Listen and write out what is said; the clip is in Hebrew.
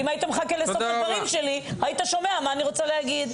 אם היית מחכה לסוף הדברים שלי היית שומע מה אני רוצה להגיד,